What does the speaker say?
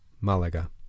Malaga